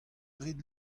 rit